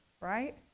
right